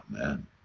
Amen